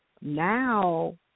now